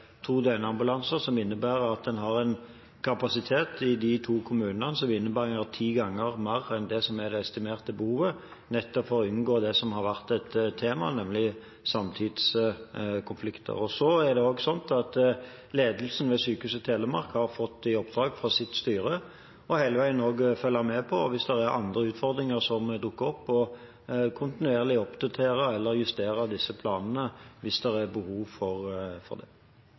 ti ganger større enn det som er estimert behov, nettopp for å unngå det som har vært et tema, nemlig samtidskonflikter. Så har også ledelsen ved Sykehuset Telemark fått i oppdrag av sitt styre hele veien å følge med på om det er andre utfordringer som dukker opp, og kontinuerlig oppdatere eller justere disse planene hvis det er behov for det. Eg vil spørja ein gong til om det same, for helse- og omsorgsministeren viser til at den nye planen vil sikra at det vert to døgnambulansar i dei to nemnde kommunane. Mitt poeng er at det